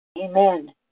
Amen